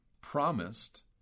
promised